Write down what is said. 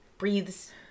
breathes